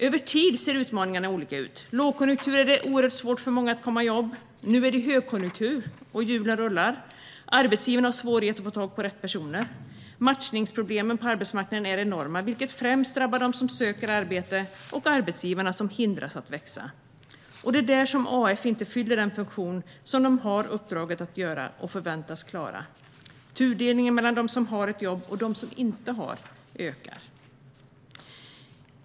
Över tid ser utmaningarna olika ut. Under lågkonjunktur är det oerhört svårt för många att komma i jobb. Nu är det högkonjunktur, hjulen rullar och arbetsgivarna har svårigheter att få tag på rätt personer. Matchningsproblemen på arbetsmarknaden är enorma, vilket främst drabbar dem som söker arbete och arbetsgivarna som hindras att växa. Och det är där som AF inte fyller den funktion som de har uppdraget att göra och förväntas klara. Tudelningen mellan dem som har ett jobb och dem som inte har ökar nu.